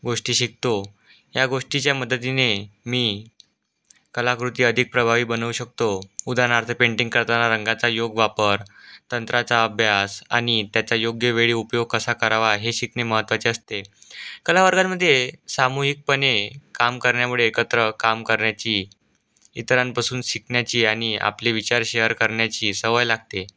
गोष्टी शिकतो या गोष्टीच्या मदतीने मी कलाकृती अधिक प्रभावी बनवू शकतो उदाहरणार्थ पेंटिंग करताना रंगाचा योग्य वापर तंत्राचा अभ्यास आणि त्याचा योग्य वेळी उपयोग कसा करावा हे शिकणे महत्त्वाचे असते कला वर्गांमध्ये सामूहिकपणे काम करण्यामुळे एकत्र काम करण्याची इतरांपासून शिकण्याची आणि आपले विचार शेअर करण्याची सवय लागते